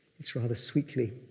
it's rather sweetly